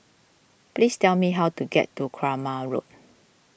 please tell me how to get to Kramat Road